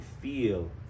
feel